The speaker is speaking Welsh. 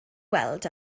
weld